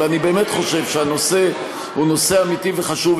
אבל אני באמת חושב שהנושא הוא אמיתי וחשוב.